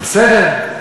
בסדר.